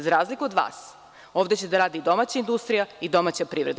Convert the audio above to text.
Za razliku od vas ovde će da radi domaća industrija i domaća privreda.